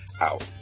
out